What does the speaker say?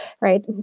Right